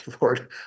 Lord